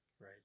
Right